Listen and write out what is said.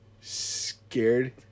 scared